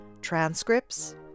Transcripts